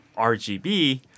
RGB